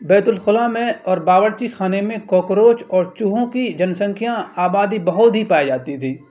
بیت الخلا میں اور باورچی خانے میں کاکروچ اور چوہوں کی جن سنکھیا آبادی بہت ہی پائی جاتی تھی